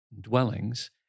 dwellings